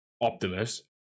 Optimus